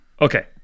Okay